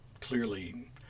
clearly